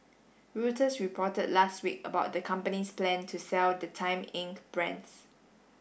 Reuters reported last week about the company's plan to sell the Time Inc brands